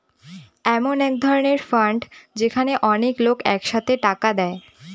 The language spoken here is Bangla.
এমন এক ধরনের ফান্ড যেখানে অনেক লোক এক সাথে টাকা দেয়